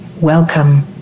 welcome